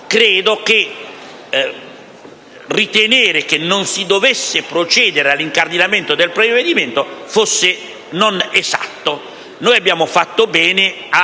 credo che ritenere che non si dovesse procedere all'incardinamento del provvedimento non sia esatto. Abbiamo fatto bene a